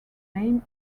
name